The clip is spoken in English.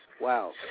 Wow